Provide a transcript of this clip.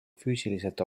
füüsiliselt